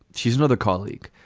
she's another colleague.